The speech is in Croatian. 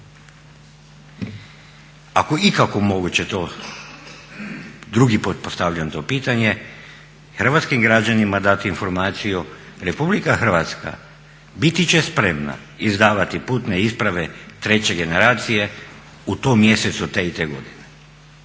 Ako je ikako moguće to, drugi put postavljam to pitanje, hrvatskim građanima dati informaciju. Republika Hrvatska biti će spremna izdavati putne isprave treće generacije u tom mjesecu te i te godine.